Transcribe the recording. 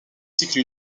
cycle